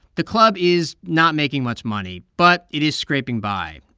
the club is not making much money, but it is scraping by,